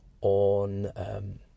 on